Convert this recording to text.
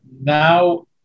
Now